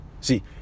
See